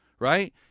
Right